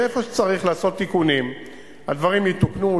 ואיפה שצריך לעשות תיקונים הדברים יתוקנו,